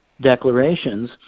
declarations